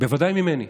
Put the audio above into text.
בוודאי שממני.